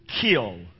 kill